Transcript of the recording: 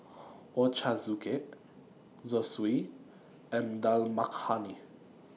Ochazuke Zosui and Dal Makhani